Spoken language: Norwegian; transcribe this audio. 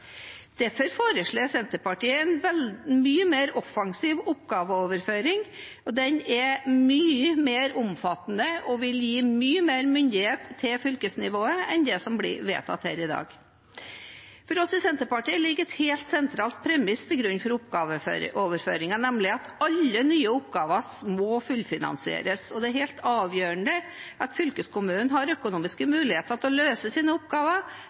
Derfor foreslår Senterpartiet en mye mer offensiv oppgaveoverføring, og den er mye mer omfattende og vil gi mye mer myndighet til fylkesnivået enn det som blir vedtatt her i dag. For oss i Senterpartiet ligger det et helt sentralt premiss til grunn for oppgaveoverføring, nemlig at alle nye oppgaver må fullfinansieres. Det er helt avgjørende at fylkeskommunen har økonomiske muligheter til å løse sine oppgaver